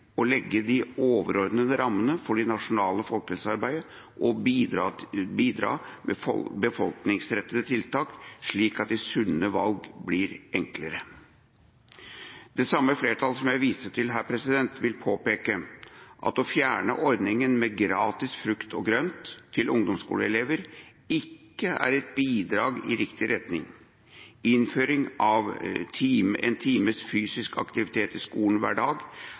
å legge de overordnede rammene for det nasjonale folkehelsearbeidet og bidra med befolkningsrettede tiltak, slik at de sunne valg blir enklere. Det samme flertallet som jeg viste til her, vil påpeke at å fjerne ordningen med gratis frukt og grønt til ungdomsskoleelever ikke er et bidrag i riktig retning. Innføring av en times fysisk aktivitet i skolen hver dag